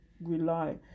rely